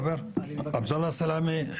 עבדאללה סלומה.